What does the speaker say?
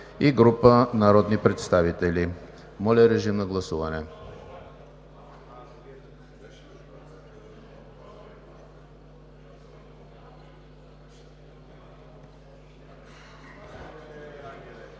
Моля, режим на гласуване.